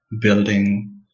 building